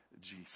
Jesus